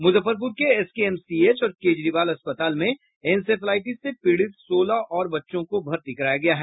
मुजफ्फरपुर के एसकेएमसीएच और केजरीवाल अस्पताल में इंसेफ्लाईटिस से पीड़ित सोलह और बच्चों को भर्ती कराया गया है